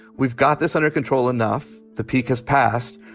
we've got this under control, enough, the peak has passed.